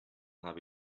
habe